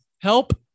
help